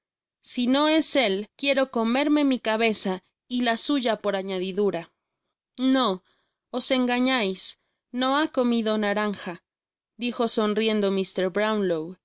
si no es el quiero comerme mi cabeza y la suya por añadidura no os engañais no ha comido naranja dijo sonriendo mr